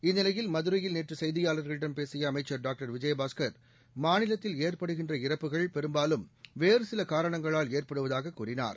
இந்நிலையில் மதுரையில் நேற்று செய்தியாளர்களிடம் பேசிய அமைச்சர் டாக்டர் விஜயபாஸ்கர் மாநிலத்தில் ஏற்படுகின்ற இறப்புகள் பெரும்பாலும் வேறுசில காரணங்களால் ஏற்படுவதாக கூறினார்